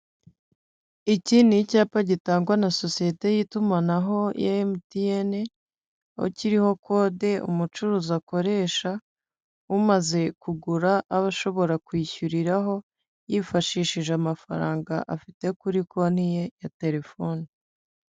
Iki ni icyapa gitangwa na sosiyete y'itumanaho ya emutiyeni kiriho kode umucuruzi akoresha umaze kugura aba ashobora kwishyuriraho yifashishije amafaranga afite kuri konti ye ya telefoni.